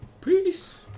peace